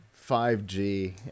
5g